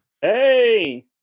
Hey